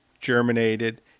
germinated